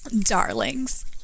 darlings